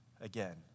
again